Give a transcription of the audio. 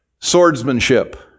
swordsmanship